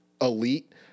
elite